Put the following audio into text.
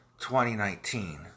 2019